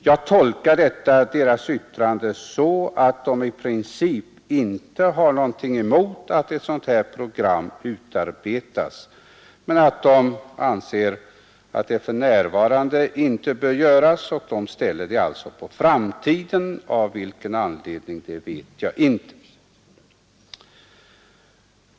Jag tolkar detta yttrande så att statens personalnämnd i princip inte har någonting emot att ett sådant här program utarbetas men att man anser att det för närvarande inte bör göras. Man ställer det alltså på framtiden. Av vilken anledning vet jag inte.